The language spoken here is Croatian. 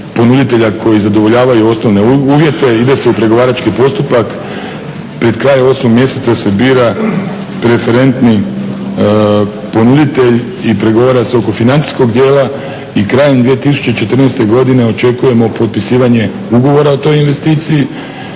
ponuditelja koji zadovoljavaju osnovne uvjete, ide se u pregovarački postupak. Pred kraj 8. mjeseca se bira preferentni ponuditelj i pregovara se oko financijskog dijela i krajem 2014. godine očekujemo potpisivanje ugovora o toj investiciji